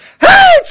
Hey